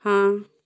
ਹਾਂ